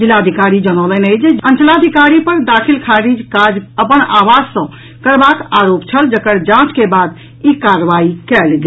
जिलाधिकारी जनौलनि अछि जे अंचलाधिकारी पर दाखिल खारिज काज अपन आवास सॅ करबाक आरोप छल जकर जांच के बाद ई कार्रवाई कयल गेल